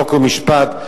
חוק ומשפט,